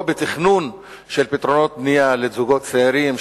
ולא בתכנון של פתרונות בנייה לזוגות צעירים,